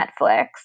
Netflix